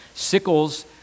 Sickles